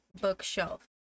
bookshelf